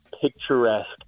picturesque